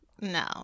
No